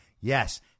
Yes